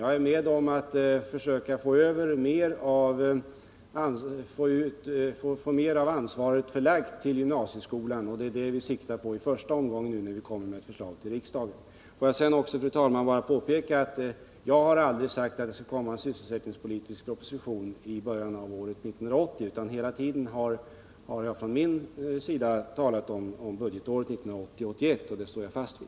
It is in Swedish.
Jag håller med om att man bör försöka få mer av ansvaret förlagt till gymnasieskolan, och det är också vad vi siktar på i första omgången när vi lägger fram ett förslag till riksdagen. Låt mig också påpeka, fru talman, att jag aldrig har sagt att det skall komma en sysselsättningspolitisk proposition i början av år 1980. Jag har hela tiden talat om budgetåret 1980/81, och den inriktningen står jag fast vid.